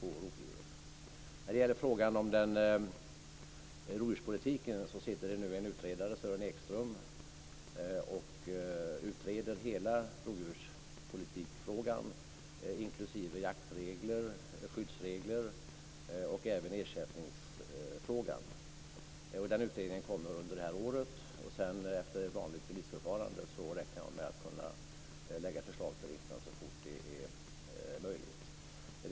När det gäller frågan om rovdjurspolitiken sitter nu en utredare, Sören Ekström, och utreder hela rovdjurspolitikfrågan, inklusive jaktregler, skyddsregler och ersättningsfrågan. Den utredningen kommer under detta år, och efter ett vanligt remissförfarande räknar jag med att kunna lägga förslag till riksdagen så fort det är möjligt.